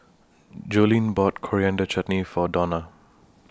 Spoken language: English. Joline bought Coriander Chutney For Dawna